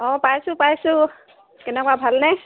অঁ পাইছোঁ পাইছোঁ কেনেকুৱা ভালনে